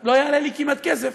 לא יעלה לי כמעט כסף,